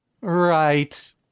Right